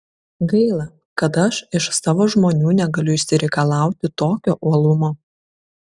gaila kad aš iš savo žmonių negaliu išreikalauti tokio uolumo